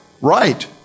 Right